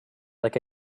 like